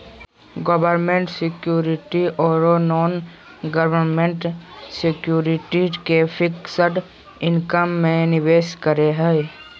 government securities ओरो non government securities के fixed income में निवेश करे हइ